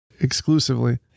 Exclusively